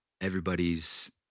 everybody's